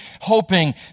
hoping